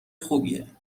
خوبیه